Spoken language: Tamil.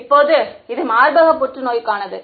இப்போது இது மார்பக புற்றுநோய்க்கானது